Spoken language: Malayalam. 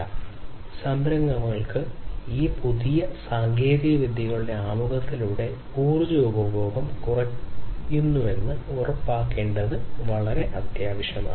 അതിനാൽ സംരംഭങ്ങൾക്ക് ഈ പുതിയ സാങ്കേതികവിദ്യകളുടെ ആമുഖത്തിലൂടെ ഊർജ്ജ ഉപഭോഗം കുറയുന്നുവെന്ന് ഉറപ്പാക്കേണ്ടത് വളരെ പ്രധാനമാണ്